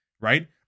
Right